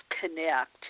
connect